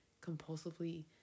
compulsively